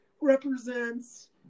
represents